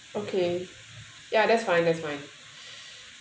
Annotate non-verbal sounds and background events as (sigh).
okay ya that's fine that's fine (breath)